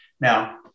Now